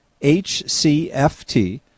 HCFT